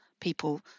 people